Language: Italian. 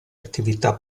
attività